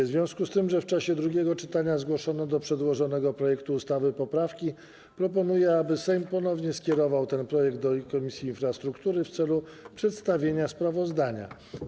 W związku z tym, że w czasie drugiego czytania zgłoszono do przedłożonego projektu ustawy poprawki, proponuję, aby Sejm ponownie skierował ten projekt do Komisji Infrastruktury w celu przedstawienia sprawozdania.